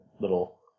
little